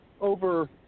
over